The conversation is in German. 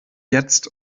jetzt